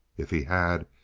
if he had,